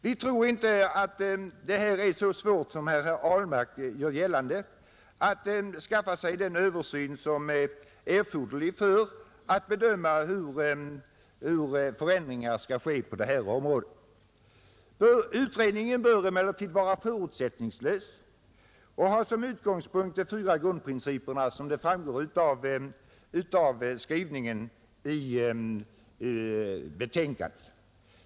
Vi tror inte att det är så svårt som herr Ahlmark gjorde gällande att skaffa sig den översyn som erfordras för att bedöma hur förändringen skall göras i det fallet. Utredningen bör emellertid vara förutsättningslös och som utgångspunkt ha de fyra grundprinciperna enligt skrivningen i utskottets betänkande.